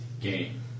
game